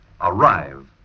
Arrive